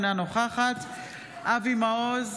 אינה נוכחת אבי מעוז,